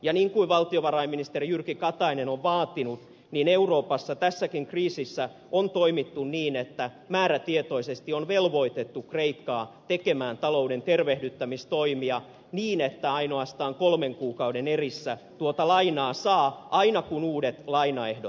ja niin kuin valtiovarainministeri jyrki katainen on vaatinut euroopassa tässäkin kriisissä on toimittu niin että määrätietoisesti on velvoitettu kreikkaa tekemään talouden tervehdyttämistoimia niin että ainoastaan kolmen kuukauden erissä tuota lainaa saa aina kun uudet lainaehdot täyttää